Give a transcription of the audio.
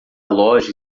loja